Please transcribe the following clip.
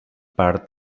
part